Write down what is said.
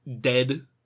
dead